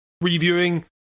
reviewing